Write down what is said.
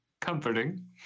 Comforting